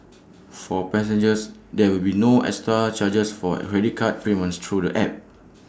for passengers there will be no extra charges for credit card payments through the app